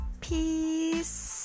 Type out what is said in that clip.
peace